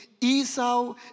Esau